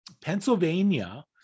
Pennsylvania